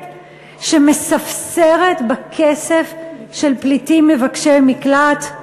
שמספסרת בכסף של פליטים מבקשי מקלט.